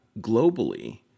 globally